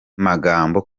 magambo